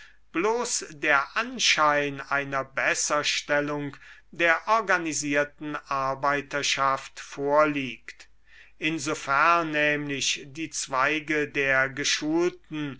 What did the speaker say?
bloß der anschein einer besserstellung der organisierten arbeiterschaft vorliegt insofern nämlich die zweige der geschulten